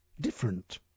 different